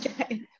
okay